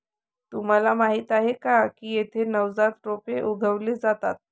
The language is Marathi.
तुम्हाला माहीत आहे का की येथे नवजात रोपे उगवली जातात